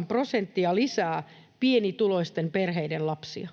2,8 prosenttia lisää pienituloisten perheiden lapsia